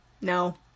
no